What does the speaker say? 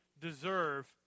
deserve